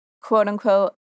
quote-unquote